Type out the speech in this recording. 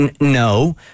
no